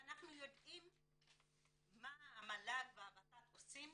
ואנחנו יודעים מה המל"ג והות"ת עושים